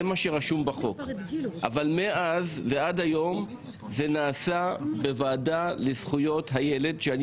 זה מה שרשום בחוק אבל מאז ועד היום זה נעשה בוועדה לזכויות הילד שאני